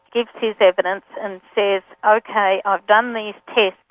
gives his evidence, and says, ok, i've done these tests.